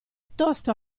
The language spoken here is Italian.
tosto